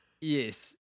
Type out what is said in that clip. Yes